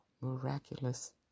miraculous